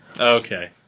Okay